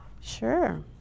Sure